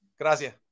gracias